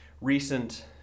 recent